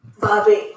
Bobby